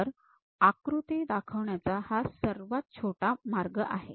तर आकृती दाखवण्याचा हा सर्वात छोटा मार्ग आहे